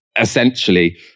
essentially